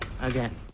again